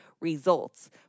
Results